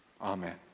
Amen